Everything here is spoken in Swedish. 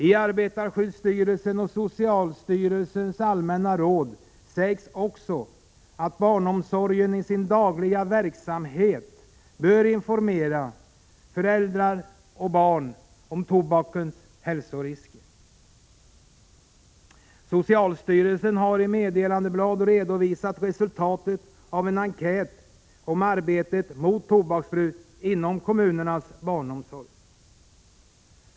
I arbetarskyddsstyrelsens och socialstyrelsens allmänna råd sägs också att barnomsorgen i sin dagliga verksamhet bör informera föräldrar och barn om tobakens hälsorisker. Socialstyrelsen har i meddelandeblad redovisat resultatet av en enkät om arbetet mot tobaksbruk inom kommunernas barnomsorg.